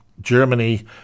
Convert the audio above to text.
Germany